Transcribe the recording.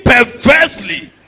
perversely